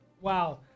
Wow